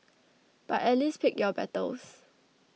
but at least pick your battles